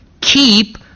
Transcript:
keep